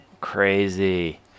crazy